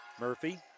Murphy